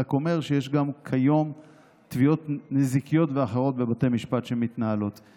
רק אומר שיש כיום גם תביעות נזיקיות ואחרות שמתנהלות בבתי משפט.